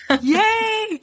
Yay